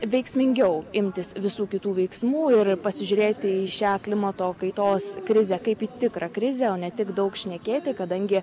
veiksmingiau imtis visų kitų veiksmų ir pasižiūrėti į šią klimato kaitos krizę kaip į tikrą krizę o ne tik daug šnekėti kadangi